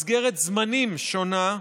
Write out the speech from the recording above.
מסגרת זמנים שונה,